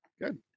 Good